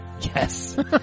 Yes